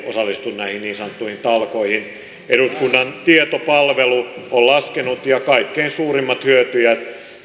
osallistu näihin niin sanottuihin talkoisiin eduskunnan tietopalvelu on laskenut tämän ja kaikkein suurimmat hyötyjät